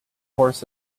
horse